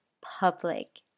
public